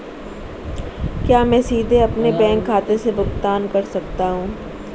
क्या मैं सीधे अपने बैंक खाते से भुगतान कर सकता हूं?